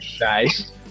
Nice